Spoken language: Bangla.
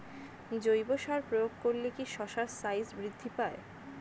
জৈব সার প্রয়োগ করলে কি শশার সাইজ বৃদ্ধি পায়?